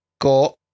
got